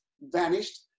vanished